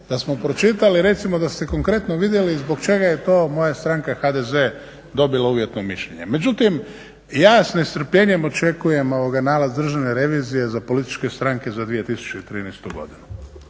da smo pročitali recimo da ste konkretno vidjeli zbog čega je to moja stranka HDZ dobila uvjetno mišljenje. Međutim ja s nestrpljenjem očekujem nalaz Državne revizije za političke stranke za 2013.godinu,